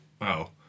wow